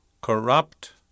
corrupt